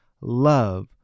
love